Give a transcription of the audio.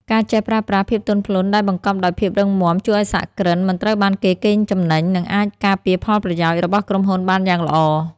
ការចេះប្រើប្រាស់ "ភាពទន់ភ្លន់ដែលបង្កប់ដោយភាពរឹងមាំ" ជួយឱ្យសហគ្រិនមិនត្រូវបានគេកេងចំណេញ និងអាចការពារផលប្រយោជន៍របស់ក្រុមហ៊ុនបានយ៉ាងល្អ។